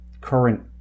current